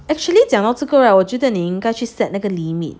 actually 讲到这个 right 我觉得应该去 set 那个 limit